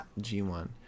G1